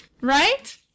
Right